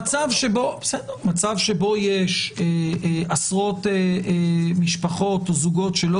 מצב שבו יש עשרות משפחות או זוגות שלא